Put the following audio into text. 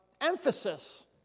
emphasis